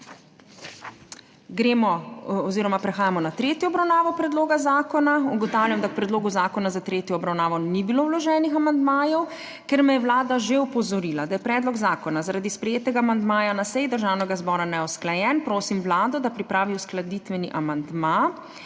Ne. Potem prehajamo na tretjo obravnavo predloga. Ugotavljam, da k predlogu zakona za tretjo obravnavo ni bilo vloženih amandmajev. Ker me je Vlada že opozorila, da je predlog zakona zaradi sprejetega amandmaja na seji Državnega zbora neusklajen, prosim Vlado, da pripravi uskladitveni amandma.